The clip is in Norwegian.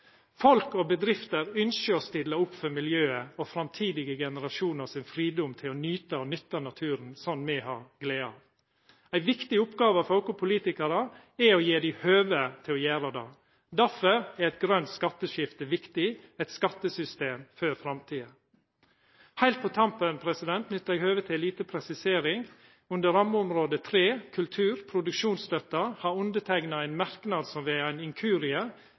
Folk og bedrifter ønskjer å stilla opp for miljøet og framtidige generasjoner sin fridom til å nyta og nytta naturen slik me har glede av. Ei viktig oppgåve for oss politikarar er å gje dei høve til å gjera det. Derfor er eit grønt skatteskifte viktig, eit skattesystem for framtida. Heilt på tampen nyttar eg høvet til ei lita presisering. Under rammeområde 3 Kultur, produksjonsstøtte, har eg ein merknad som ved ein inkurie